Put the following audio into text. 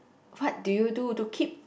what do you do to keep